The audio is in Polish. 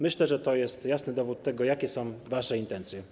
Myślę, że to jest jasny dowód na to, jakie są wasze intencje.